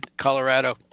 Colorado